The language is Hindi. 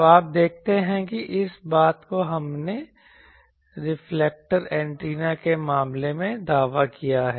तो आप देखते हैं कि इस बात को हमने रिफ्लेक्टर एंटेना के मामले में दावा किया है